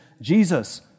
Jesus